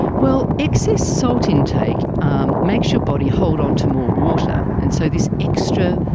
well, excess salt intake um makes your body hold on to more water, and so this extra